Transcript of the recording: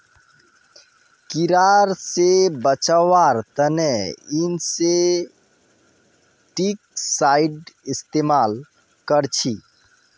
कीड़ा से बचावार तने इंसेक्टिसाइड इस्तेमाल कर छी